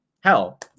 hell